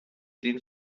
den